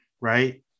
right